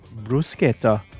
bruschetta